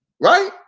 right